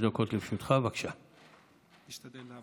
סמיכות הזמנים למערכת הבחירות האחרונה וקיצור תקופת הבחירות הקרובה